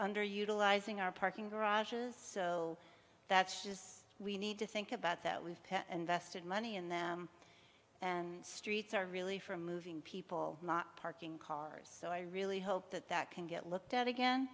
underutilizing our parking garages so that's just we need to think about that we've invested money in there and streets are really for moving people not parking cars so i really hope that that can get looked at again